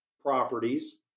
properties